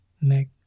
neck